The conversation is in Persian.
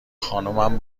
خانمم